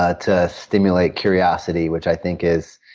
ah to stimulate curiosity, which i think is